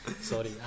Sorry